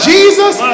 Jesus